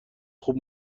خوب